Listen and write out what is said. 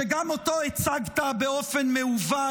שגם אותו הצגת באופן מעוות,